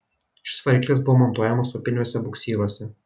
šis variklis buvo montuojamas upiniuose buksyruose